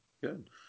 Good